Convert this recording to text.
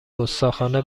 گستاخانه